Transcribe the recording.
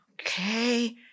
okay